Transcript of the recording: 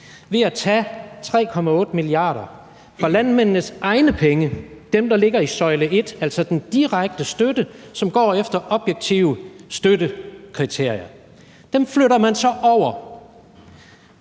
EU. Man tager 3,8 mia. kr. af landmændenes egne penge, nemlig dem, der ligger i søjle 1, altså den direkte støtte, som går efter objektive støttekriterier, og flytter dem over